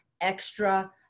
extra